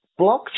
blockchain